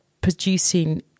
producing